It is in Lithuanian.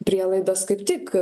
prielaidos kaip tik